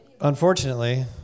Unfortunately